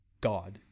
God